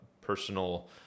personal